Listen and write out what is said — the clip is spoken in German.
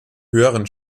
höheren